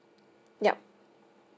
yup